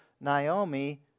Naomi